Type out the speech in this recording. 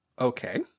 okay